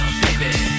baby